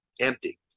Empty